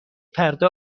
فردا